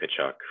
Kachuk